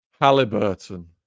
halliburton